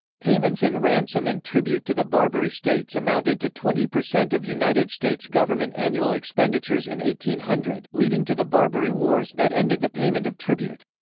payments in ransom and tribute to the barbary states amounted to twenty percent of united states government annual expenditures in one hundred, leading to the barbary wars that ended the payment of tribute.